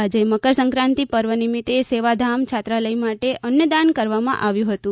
આજે મકરસક્રાંતિ પર્વ નિમિતે સેવાધામ છાત્રાલય માટે અન્ન દાન કરવામાં આવ્યું હતું